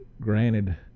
granted